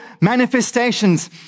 manifestations